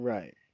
Right